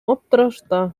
аптырашта